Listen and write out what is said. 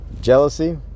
Jealousy